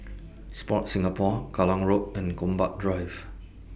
Sport Singapore Kallang Road and Gombak Drive